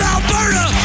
Alberta